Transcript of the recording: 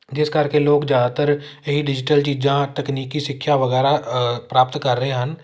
ਜਿਸ ਕਰਕੇ ਲੋਕ ਜ਼ਿਆਦਾਤਰ ਇਹ ਡਿਜੀਟਲ ਚੀਜ਼ਾਂ ਤਕਨੀਕੀ ਸਿੱਖਿਆ ਵਗੈਰਾ ਪ੍ਰਾਪਤ ਕਰ ਰਹੇ ਹਨ